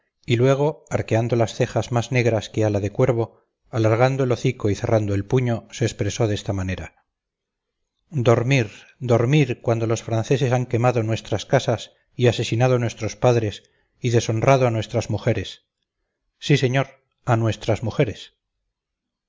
y luego arqueando las cejas más negras que ala de cuervo alargando el hocico y cerrando el puño se expresó de esta manera dormir dormir cuando los franceses han quemado nuestras casas y asesinado a nuestros padres y deshonrado a nuestras mujeres sí señor a nuestras mujeres